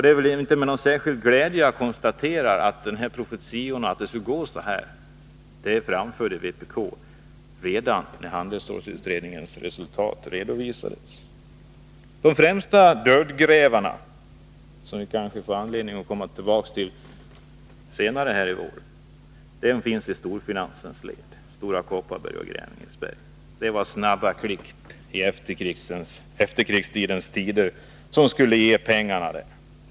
Det är inte med någon särskild glädje som jag erinrar om att vpk framförde profetior om att det skulle gå så här redan när handelsstålsutredningens resultat redovisades. De främsta dödgrävarna — som vi kanske får anledning att komma tillbaks till senare i vår — finns i storfinansens led: Stora Kopparberg och Grängesberg. Det var snabba klipp under efterkrigstiden som skulle ge pengar.